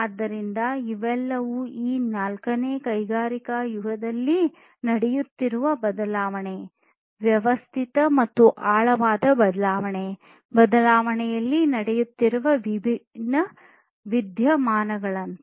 ಆದ್ದರಿಂದ ಇವೆಲ್ಲವೂ ಈ ನಾಲ್ಕನೇ ಕೈಗಾರಿಕಾ ಯುಗದಲ್ಲಿ ನಡೆಯುತ್ತಿರುವ ಬದಲಾವಣೆ ವ್ಯವಸ್ಥಿತ ಮತ್ತು ಆಳವಾದ ಬದಲಾವಣೆ ಬದಲಾವಣೆಯಲ್ಲಿ ನಡೆಯುತ್ತಿರುವ ವಿಭಿನ್ನ ವಿದ್ಯಮಾನಗಳಂತೆ